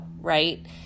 right